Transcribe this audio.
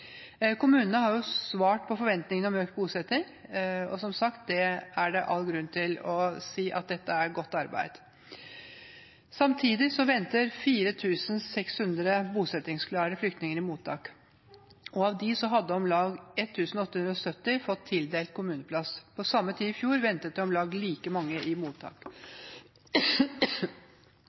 Kommunene har svart på forventningene om økt bosetting. Som sagt: Det er all grunn til å si at dette er godt arbeid. Samtidig venter 4 600 bosettingsklare flyktninger i mottak. Av dem hadde om lag 1 870 fått tildelt kommuneplass. På samme tid i fjor ventet det om lag like mange i mottak.